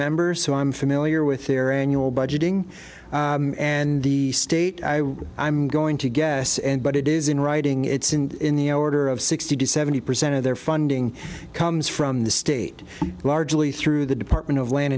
members who i'm familiar with their annual budgeting and the state i'm going to guess and but it is in writing it's in the order of sixty to seventy percent of their funding comes from the state largely through the department of land